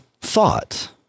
thought